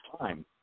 time